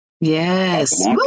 Yes